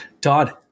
Todd